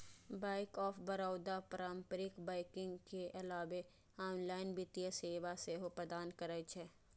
bank of Baroda पारंपरिक banking के अलावे ऑनलाइन वित्तीय सेवा सेहो प्रदान करै छै